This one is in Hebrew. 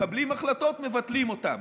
מקבלים החלטות, מבטלים אותן.